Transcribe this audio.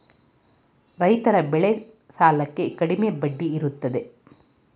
ರೈತರ ಬೆಳೆ ಸಾಲಕ್ಕೆ ಕಡಿಮೆ ಬಡ್ಡಿ ಇರುತ್ತದೆ